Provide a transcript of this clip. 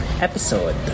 episode